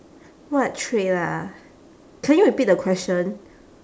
what trait ah can you repeat the question